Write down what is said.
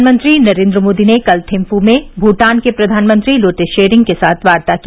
प्रधानमंत्री नरेन्द्र मोदी ने कल थिम्फू में भूटान के प्रधानमंत्री लोटे शेरिंग के साथ वार्ता की